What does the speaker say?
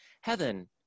Heaven